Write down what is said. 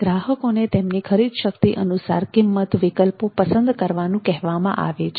ગ્રાહકોને તેમની ખરીદશક્તિ અનુસાર કિંમત વિકલ્પો પસંદ કરવાનું કહેવામાં આવે છે